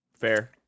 Fair